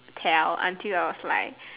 tell until I was like